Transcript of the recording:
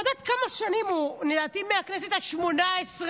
לא יודעת כמה שנים הוא, לדעתי מהכנסת השמונה-עשרה.